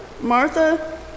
Martha